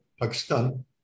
Pakistan